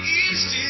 east